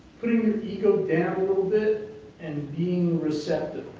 putting ego down a little bit and being receptive.